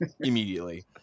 immediately